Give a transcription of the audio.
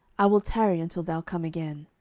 i will tarry until thou come again.